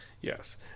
Yes